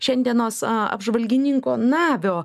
šiandienos aaa apžvalgininko navio